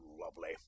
lovely